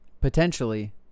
potentially